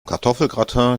kartoffelgratin